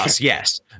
Yes